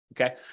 Okay